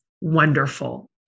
wonderful